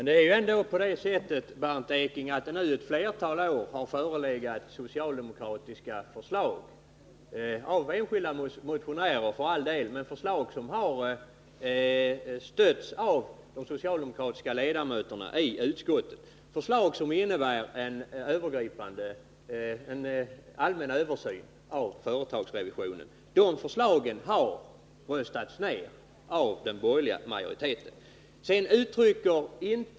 Fru talman! Ett flertal år har det, Bernt Ekinge, förelegat socialdemokratiska förslag — för all del från enskilda motionärer, men förslagen har stötts av de socialdemokratiska ledamöterna i utskottet. Man har bl.a. föreslagit en allmän översyn av företagsrevisionen, men förslagen har röstats ned av den 63 borgerliga majoriteten.